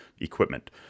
equipment